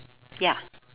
ya